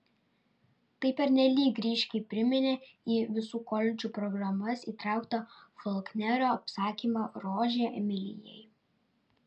tai pernelyg ryškiai priminė į visų koledžų programas įtrauktą folknerio apsakymą rožė emilijai